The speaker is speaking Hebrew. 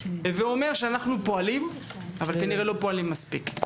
הווה אומר שאנחנו פועלים אבל כנראה לא פועלים מספיק.